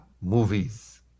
movies